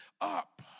up